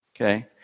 Okay